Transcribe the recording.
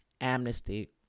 Amnesty